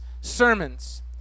sermons